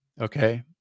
Okay